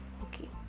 Okay